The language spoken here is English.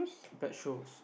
pet shows